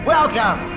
Welcome